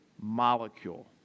molecule